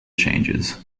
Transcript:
changes